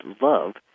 love